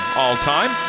all-time